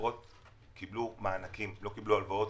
האחרות קבלו מענקים, לא הלוואות.